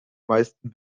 meisten